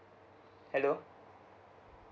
hello